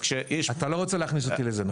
אתה לא רוצה להכניס אותי לזה.